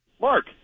Mark